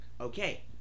Okay